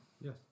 yes